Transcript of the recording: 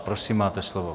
Prosím, máte slovo.